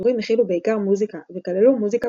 השידורים הכילו בעיקר מוזיקה וכללו מוזיקה